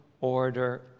order